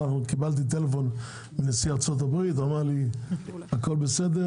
קיבלתי טלפון מנשיא ארצות הברית והוא אמר לי "הכל בסדר,